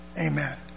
Amen